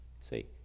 See